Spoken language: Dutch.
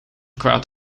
kwaad